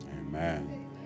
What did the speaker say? Amen